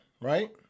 right